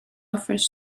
offers